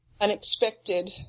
unexpected